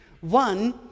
One